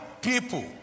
people